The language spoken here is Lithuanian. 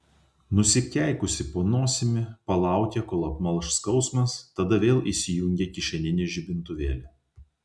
nusikeikusi po nosimi palaukė kol apmalš skausmas tada vėl įsijungė kišeninį žibintuvėlį